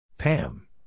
Pam